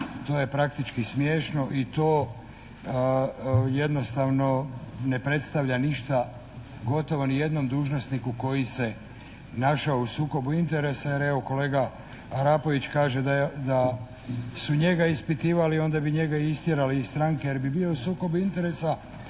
to je praktički smiješno i to jednostavno ne predstavlja ništa gotovo nijednom dužnosniku koji se našao u sukobu interesa jer evo, kolega Arapović kaže da su njega ispitivali i onda bi njega istjerali iz stranke jer bi bio u sukobu interesa